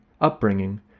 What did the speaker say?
upbringing